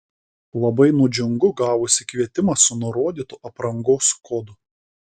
labai nudžiungu gavusi kvietimą su nurodytu aprangos kodu